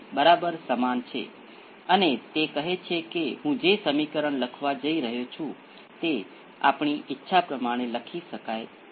હવે આ બીજા ઓર્ડરનું સમીકરણ બે પ્રથમ ઓર્ડરના સમીકરણોના સંયોજન તરીકે લખી શકાય છે